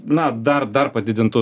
na dar dar padidintų